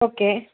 okay